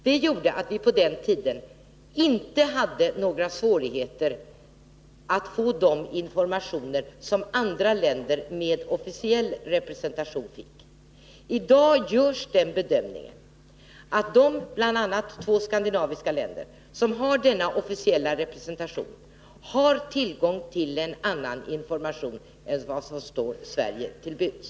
Det gjorde att vi på den tiden inte hade några svårigheter att få de informationer som andra länder med officiell representation fick. I dag görs den bedömningen att de länder — däribland två skandinaviska — som har denna officiella representation har tillgång till en annan information än vad som står Sverige till buds.